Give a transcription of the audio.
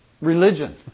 religion